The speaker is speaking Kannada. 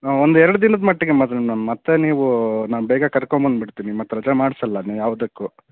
ಹಾಂ ಒಂದು ಎರಡು ದಿನದ ಮಟ್ಟಿಗೆ ಮಾತ್ರ ನಾನು ಮತ್ತೆ ನೀವು ನಾನು ಬೇಗ ಕರ್ಕೊಂಬಂದುಬಿಡ್ತೀನಿ ಮತ್ತೆ ರಜೆ ಮಾಡ್ಸೋಲ್ಲ ನ ಯಾವ್ದಕ್ಕೂ